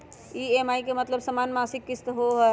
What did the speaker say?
EMI के मतलब समान मासिक किस्त होहई?